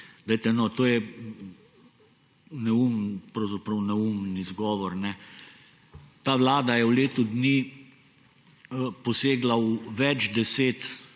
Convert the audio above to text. to je pravzaprav neumen izgovor. Ta vlada je v letu dni posegla v več deset,